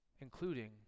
including